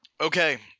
Okay